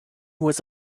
was